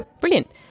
Brilliant